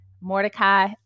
Mordecai